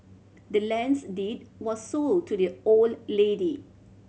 the land's deed was sold to the old lady